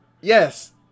yes